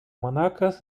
монако